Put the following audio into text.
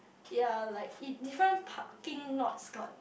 ya like it different parking lots got